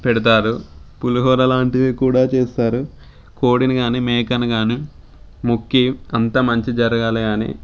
పెడతారు పులిహోర లాంటిది కూడా చేస్తారు కోడిని కానీ మేకని కానీ మొక్కి అంతా మంచి జరగాలి అని